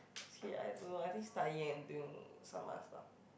see I don't know I think start already and doing some other stuff